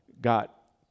got